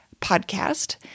podcast